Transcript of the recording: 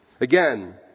Again